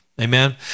Amen